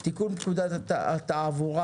תיקון פקודת התעבורה,